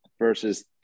Versus